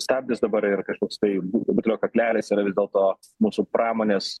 stabdis dabar yra kažkoks tai butelio kaklelis yra vis dėlto mūsų pramonės